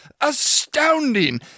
astounding